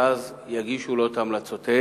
ואז יגישו לו את המלצותיהם,